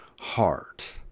heart